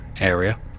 Area